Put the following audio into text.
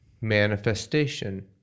Manifestation